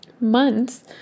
months